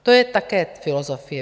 To je také filozofie.